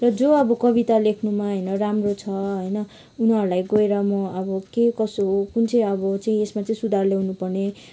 र जो अब कविता लेख्नुमा होइन राम्रो छ होइन उनीहरूलाई गएर म अब के कसो हो कुन चाहिँ अब चाहिँ यसमा चाहिँ सुधार ल्याउनु पर्ने